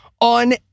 on